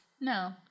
No